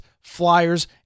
flyers